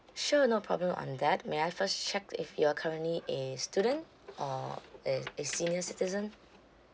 sure no problem on that may I first check if you're currently a student or a a senior citizen